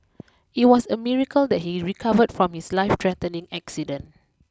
it was a miracle that he recovered from his life threatening accident